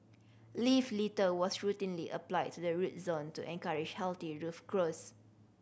leaf litter was routinely applied to the root zone to encourage healthy roof growth